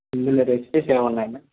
ఇందులో రెసిపీస్ ఏవి ఉన్నాయి మ్యామ్